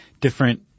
different